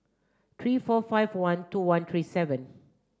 three four five one two one three seven